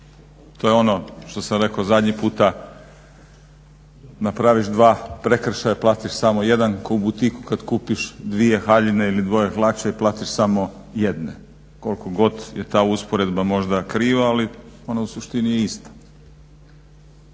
To je ono što sam rekao zadnji puta napraviš 2 prekršaja platiš samo 1, kao u butiku kad kupiš 2 haljine, ili 2 hlače i platiš samo 1, koliko god je ta usporedba možda kriva ali ona je u suštini ista.